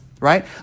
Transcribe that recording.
right